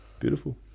beautiful